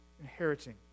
inheriting